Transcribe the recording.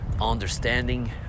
understanding